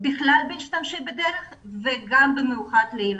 לכלל משתמשי הדרך וגם במיוחד לילדים.